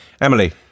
Emily